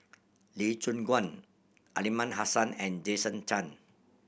Lee Choon Guan Aliman Hassan and Jason Chan